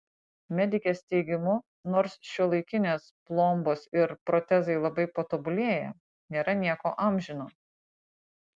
medikės teigimu nors šiuolaikinės plombos ir protezai labai patobulėję nėra nieko amžino